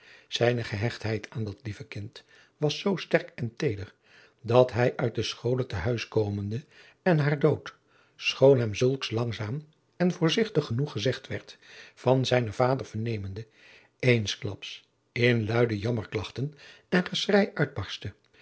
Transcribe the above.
zijne gehechtheid aan dat lieve kind was zoo sterk en teeder dat hij uit de schole te huis komende en haar dood schoon hem zulks langzaam en voorzigtig genoeg gezegd werd van zijnen vader vernemende eensklaps in luide jammerklagten en geschrei uitbarstte